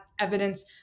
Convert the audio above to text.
evidence